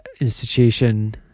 institution